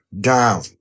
down